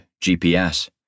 GPS